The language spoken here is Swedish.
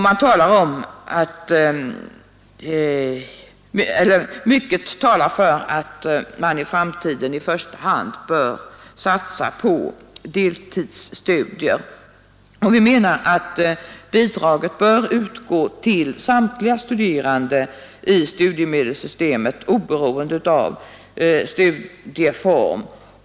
Mycket talar för att man i framtiden i första hand bör satsa på deltidsstudier. Bidraget bör enligt vår mening utgå till samtliga studerande i studiemedelssystemet oberoende av studieform.